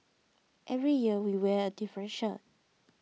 every year we wear different shirt